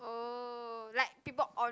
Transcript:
oh like people on